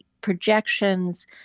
projections